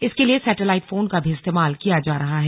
इसके लिए satellite phone का भी इस्तेमाल किया जा रहा है